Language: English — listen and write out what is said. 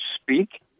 speak